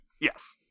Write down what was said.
Yes